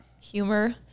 humor